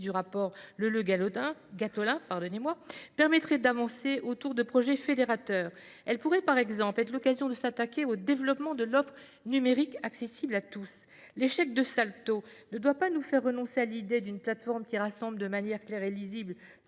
du rapport Leleux Gattolin, permettrait d’avancer autour de projets fédérateurs. Elle pourrait, par exemple, donner l’occasion de s’attaquer au développement de l’offre numérique accessible à tous. L’échec de Salto ne doit pas nous faire renoncer à l’idée d’une plateforme rassemblant de manière claire et lisible